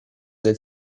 del